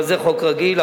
אבל זה חוק רגיל.